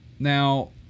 Now